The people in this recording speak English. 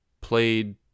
played